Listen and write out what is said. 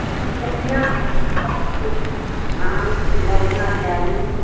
बढ़िआँ चाही धान बढ़िआँ चाही